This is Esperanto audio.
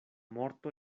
morto